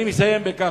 אני אסיים בכך.